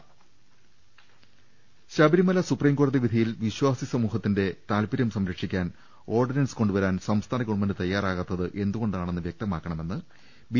രദ്ദമ്പ്പെട്ടറ ശബരിമല സുപ്രീംകോടതി വിധിയിൽ വിശ്വാസി സമൂഹത്തിന്റെ താല്പര്യം സംരക്ഷിക്കാൻ ഓർഡിനൻസ് കൊണ്ടുവരാൻ സംസ്ഥാന ഗവൺമെന്റ് തയ്യാറാകാത്തത് എന്തുകൊണ്ടാണെന്ന് വൃക്തമാക്കണമെന്ന് ബി